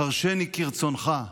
חרשני כרצונך,